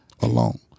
alone